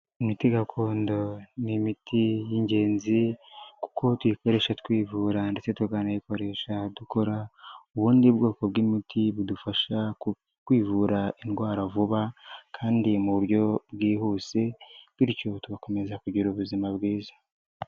Imiti gakondo ni imiti y'ingenzi, kuko tuyikoresha twivura ndetse tukanayikoresha dukora ubundi bwoko bw'imiti, budufasha kwivura indwara vuba kandi mu buryo bwihuse bityo bu tugakomeza kugira ubuzima bwiza